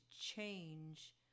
change